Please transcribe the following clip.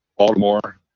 Baltimore